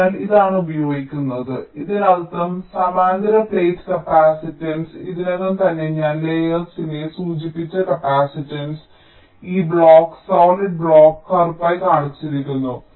അതിനാൽ ഇതാണ് ഉപയോഗിക്കുന്നത് ഇതിനർത്ഥം സമാന്തര പ്ലേറ്റ് കപ്പാസിറ്റൻസ് ഇതിനകം തന്നെ ഞാൻ ലേയേർസിനെ സൂചിപ്പിച്ച കപ്പാസിറ്റൻസ് ഈ ബ്ലോക്ക് സോളിഡ് ബ്ലോക്ക് കറുപ്പായി കാണിച്ചിരിക്കുന്നു